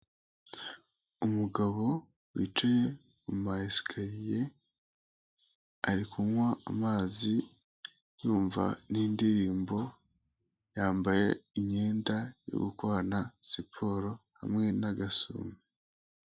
Umugabo wicaye ku ma esikariye, ari kunywa amazi yumva n'indirimbo, yambaye imyenda yo gukorana siporo hamwe n'agasume.